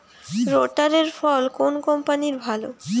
রোটারের ফল কোন কম্পানির ভালো?